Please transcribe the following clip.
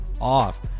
off